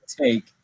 take